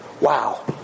wow